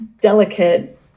delicate